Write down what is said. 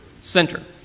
center